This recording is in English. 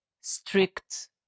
strict